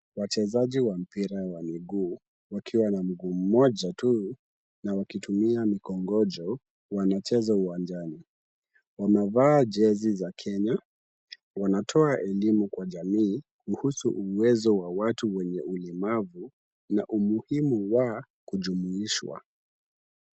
Wachezaji wa mpira wa miguu wakiwa na mguu mmoja tu na wakitumia mikongojo wanacheza uwanjani. Wamevaa jezi za Kenya ,wanatoa elimu kwa jamii kuhusu uwezo wa watu wenye ulemavu na umuhimu wa kujumuishwa .